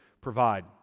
provide